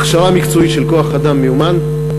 הכשרה מקצועית של כוח-אדם מיומן,